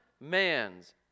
man's